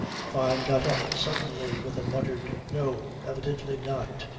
fyne got up suddenly with a muttered no, evidently not.